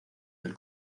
del